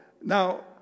now